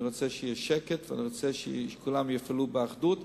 אני רוצה שיהיה שקט ושכולם יפעלו באחדות.